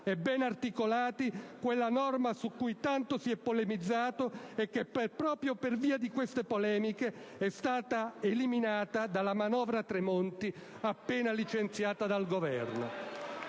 e ben articolati quella norma su cui tanto si è polemizzato e che, proprio per via di queste polemiche, è stata eliminata dalla manovra Tremonti appena licenziata dal Governo.